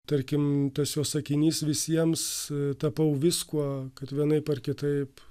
tarkim tas jo sakinys visiems tapau viskuo kad vienaip ar kitaip